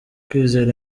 kwizera